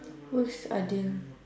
who's adil